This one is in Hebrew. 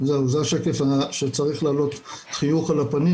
זה השקף שצריך להעלות חיוך על הפנים